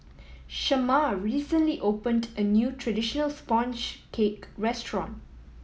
Shamar recently opened a new traditional sponge cake restaurant